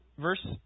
Verse